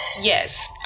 yes